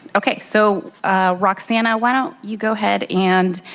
okay. so roxanna why don't you go ahead and